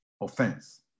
offense